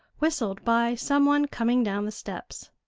whistled by some one coming down the steps.